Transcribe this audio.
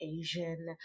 Asian